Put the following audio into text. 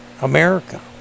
America